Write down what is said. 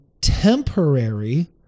temporary